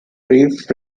brief